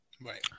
Right